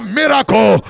miracle